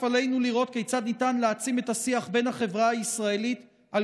עלינו לראות כיצד ניתן להעצים את השיח בין החברה הישראלית על